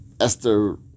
Esther